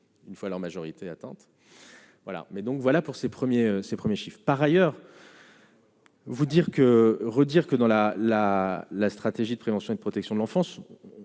une fois leur majorité attente voilà mais donc voilà pour ses premiers ses 1er chiffre par ailleurs. Vous dire que redire que dans la la la stratégie de prévention et de protection de l'enfance,